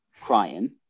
crying